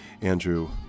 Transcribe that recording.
Andrew